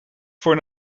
voor